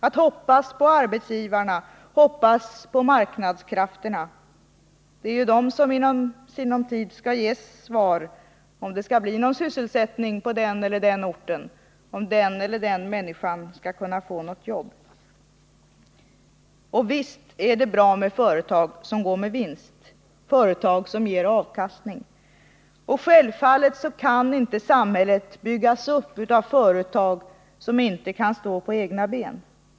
Att hoppas på arbetsgivarna och på marknadskrafterna, för det är ju de som i sinom tid skall ge svaret, om det skall bli någon sysselsättning på den eller den orten, om den eller den människan skall få något jobb. Visst är det bra med ett företag som går med vinst, ett företag som ger avkastning. Och självfallet kan inte samhället byggas upp av företag som inte kan stå på egna ben.